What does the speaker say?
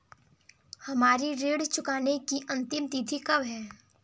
हमारी ऋण चुकाने की अंतिम तिथि कब है?